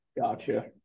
Gotcha